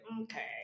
okay